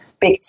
big